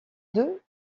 deux